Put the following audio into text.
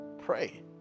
pray